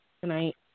tonight